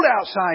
outside